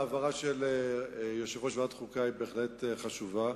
ההבהרה של יושב-ראש ועדת החוקה היא בהחלט חשובה,